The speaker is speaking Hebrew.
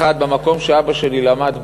האחד, במקום שאבא שלי למד בו,